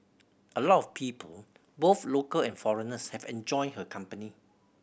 a lot of people both local and foreigners have enjoyed her company